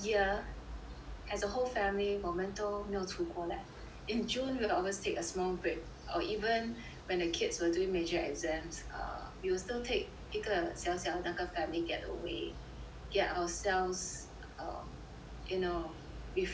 as a whole family 我们都没有出国 leh in june we always take a small break or even when the kids were doing major exams err we will still take 一个小小那个 family get-away get ourselves um you know refresh